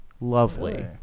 lovely